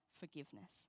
forgiveness